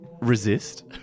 Resist